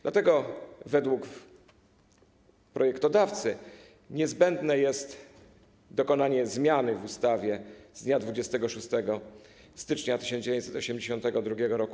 Dlatego według projektodawcy niezbędne jest dokonanie zmiany w ustawie z dnia 26 stycznia 1982 r.